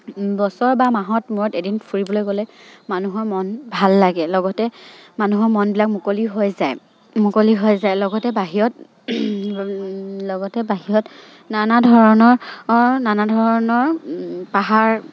বছৰ বা মাহৰ মূৰত এদিন ফুৰিবলৈ গ'লে মানুহৰ মন ভাল লাগে লগতে মানুহৰ মনবিলাক মুকলি হৈ যায় মুকলি হৈ যায় লগতে বাহিৰত লগতে বাহিৰত নানা ধৰণৰ নানা ধৰণৰ পাহাৰ